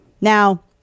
Now